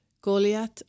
Goliath